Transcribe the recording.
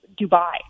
Dubai